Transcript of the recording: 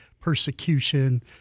persecution